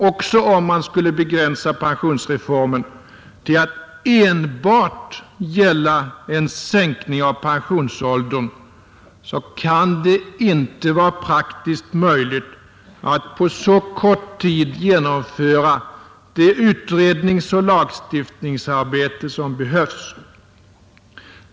Också om man skulle begränsa pensionsreformen till att enbart gälla en sänkning av pensionsåldern kan det inte vara praktiskt möjligt att på så kort tid genomföra det utredningsoch lagstiftningsarbete som behövs.